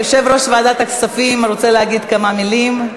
יושב-ראש ועדת הכספים רוצה להגיד כמה מילים.